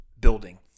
building